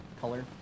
color